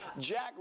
Jack